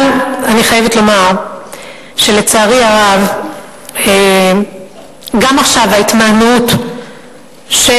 אבל אני חייבת לומר שלצערי הרב גם עכשיו ההתמהמהות של